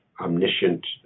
omniscient